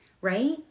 right